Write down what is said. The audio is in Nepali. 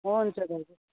हुन्छ दाजु